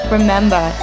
Remember